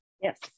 Yes